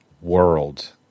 world